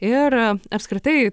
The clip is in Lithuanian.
ir apskritai